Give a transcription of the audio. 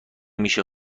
میشه